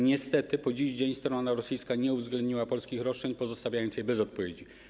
Niestety po dziś dzień strona rosyjska nie uwzględniła polskich roszczeń, pozostawiając je bez odpowiedzi.